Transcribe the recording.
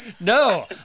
No